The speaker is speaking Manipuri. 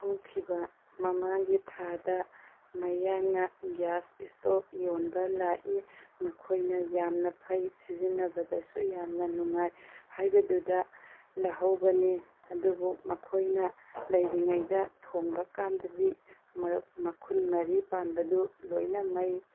ꯍꯧꯈꯤꯕ ꯃꯃꯥꯡꯒꯤ ꯊꯥꯗ ꯃꯌꯥꯡꯅ ꯒꯦꯁ ꯏꯁꯇꯣꯐ ꯌꯣꯟꯕ ꯂꯥꯛꯏ ꯃꯈꯣꯏꯅ ꯌꯥꯝꯅ ꯐꯩ ꯁꯤꯖꯤꯟꯅꯕꯗꯁꯨ ꯌꯥꯝꯅ ꯅꯨꯡꯉꯥꯏ ꯍꯥꯏꯕꯗꯨꯗ ꯂꯧꯍꯧꯕꯅꯤ ꯑꯗꯨꯕꯨ ꯃꯈꯣꯏꯅ ꯂꯩꯔꯤꯉꯩꯗ ꯊꯣꯡꯕ ꯀꯥꯟꯗꯗꯤ ꯃꯈꯨꯜ ꯃꯔꯤ ꯄꯥꯟꯕꯗꯨ ꯂꯣꯏꯅ ꯃꯩ